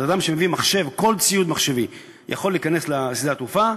אדם שמביא כל מחשב או כל ציוד מחשבים יכול להיכנס לשדה התעופה,